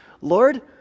Lord